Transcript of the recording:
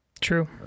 True